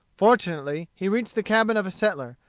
fortunately he reached the cabin of a settler,